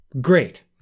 Great